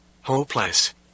Hopeless